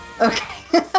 Okay